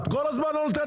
את כל הזמן לא נותנת